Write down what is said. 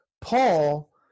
Paul